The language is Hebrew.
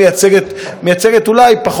מייצגת אולי פחות מ-7%.